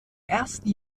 ersten